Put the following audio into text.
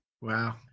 Wow